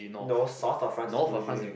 no south of France is bougy